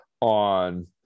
on